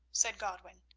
said godwin.